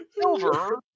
Silver